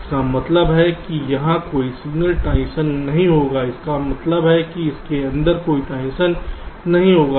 इसका मतलब है कि यहाँ कोई सिग्नल ट्रांज़िशन नहीं होगा जिसका मतलब है कि इसके अंदर कोई ट्रांज़िशन नहीं होगा